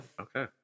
Okay